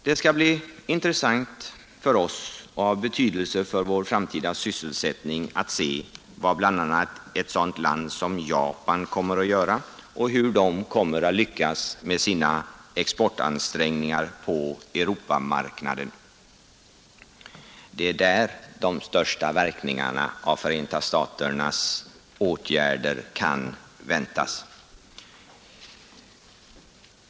Det skall bli intressant för oss och av betydelse för vår framtida sysselsättning att se vad bl.a. ett sådant land som Japan kommer att göra och hur det kommer att lyckas med sina exportansträngningar på Europamarknaden, Det är där de största verkningarna av Förenta staternas åtgärder kan väntas.